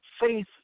Faith